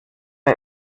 der